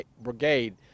Brigade